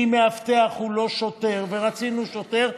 כי מאבטח הוא לא שוטר, ורצינו שוטר,